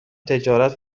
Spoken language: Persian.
تجارت